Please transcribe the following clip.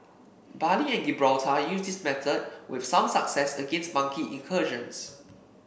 Bali and Gibraltar used this method with some success against monkey incursions